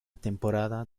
temporada